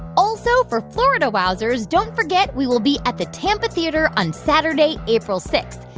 also, for florida wowzers, don't forget we will be at the tampa theatre on saturday, april six.